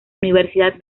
universidad